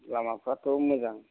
लामाफ्राथ' मोजां